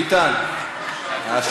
ביטן, זה